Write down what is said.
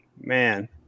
man